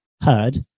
heard